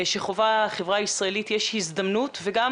שחווה החברה הישראלית יש הזדמנות וגם